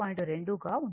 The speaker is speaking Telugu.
2 గా ఉంటుంది